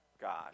God